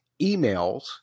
emails